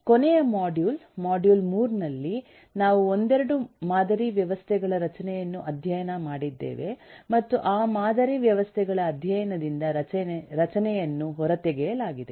ಕೊನೆಯ module module 3 ನಲ್ಲಿ ನಾವು ಒಂದೆರಡು ಮಾದರಿ ವ್ಯವಸ್ಥೆಗಳ ರಚನೆಯನ್ನು ಅಧ್ಯಯನ ಮಾಡಿದ್ದೇವೆ ಮತ್ತು ಆ ಮಾದರಿ ವ್ಯವಸ್ಥೆಗಳ ಅಧ್ಯಯನದಿಂದ ರಚನೆಯನ್ನು ಹೊರತೆಗೆಯಲಾಗಿದೆ